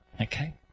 Okay